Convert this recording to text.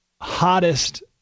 hottest